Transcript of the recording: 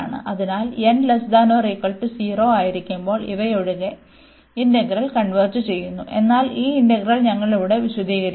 അതിനാൽ n≤0 ആയിരിക്കുമ്പോൾ ഇവയൊഴികെ ഇന്റഗ്രൽ എന്നാൽ ഈ ഇന്റഗ്രൽ ഞങ്ങൾ ഇവിടെ വിശദീകരിച്ചിരിക്കുന്നു